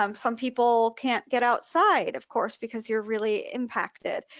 um some people can't get outside of course, because you're really impacted.